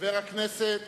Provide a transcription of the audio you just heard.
חבר הכנסת